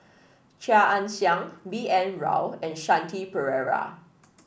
Chia Ann Siang B N Rao and Shanti Pereira